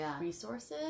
resources